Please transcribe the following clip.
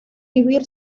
vivir